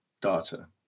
data